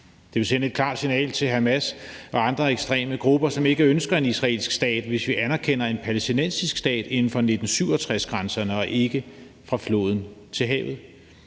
Det vil sende et klart signal til Hamas og andre ekstreme grupper, som ikke ønsker en israelsk stat, hvis vi anerkender en palæstinensisk stat inden for 1967-grænserne og ikke fra floden til havet.